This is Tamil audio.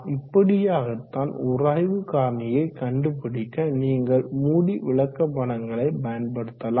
இப்படியாகத்தான் உராய்வு காரணியை கண்டுபிடிக்க நீங்கள் மூடி விளக்கப்படங்களை பயன்படுத்தலாம்